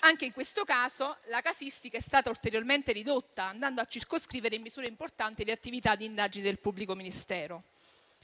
Anche in questo caso la casistica è stata ulteriormente ridotta, andando a circoscrivere in misure importanti le attività di indagine del pubblico ministero.